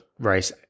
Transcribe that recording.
rice